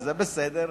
וזה בסדר,